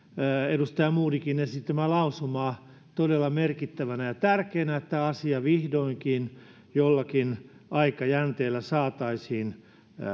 edustaja modigin esittämää lausumaa todella merkittävänä ja tärkeänä että tämä asia vihdoinkin jollakin aikajänteellä saataisiin